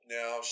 now